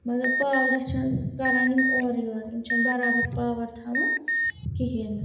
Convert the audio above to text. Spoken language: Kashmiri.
مگر پاورَس چھِنہٕ کَران یِم اورٕ یورٕ یِم چھِنہٕ بَرابر پاوَر تھاوان کِہیٖنۍ نہٕ